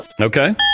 Okay